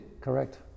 Correct